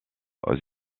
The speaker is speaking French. aux